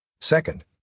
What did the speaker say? Second